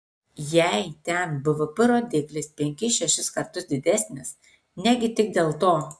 jei ten bvp rodiklis penkis šešis kartus didesnis negi tik dėl to